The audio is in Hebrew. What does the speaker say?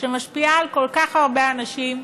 שמשפיעה על כל כך הרבה אנשים,